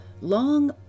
long